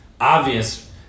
obvious